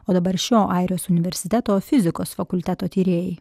o dabar šio airijos universiteto fizikos fakulteto tyrėjai